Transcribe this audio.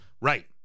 Right